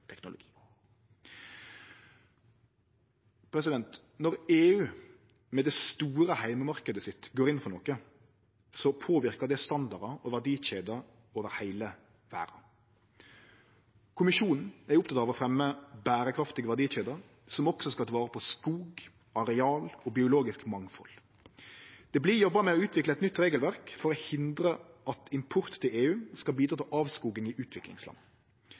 teknologi. Når EU med den store heimemarknaden sin går inn for noko, påverkar det standardar og verdikjeder over heile verda. Kommisjonen er oppteken av å fremje berekraftige verdikjeder som også skal ta vare på skog, areal og biologisk mangfald. Det vert jobba med å utvikle eit nytt regelverk for å hindre at import til EU skal bidra til avskoging i utviklingsland.